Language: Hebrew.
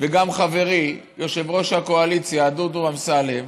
וגם חברי יושב-ראש הקואליציה דודו אמסלם,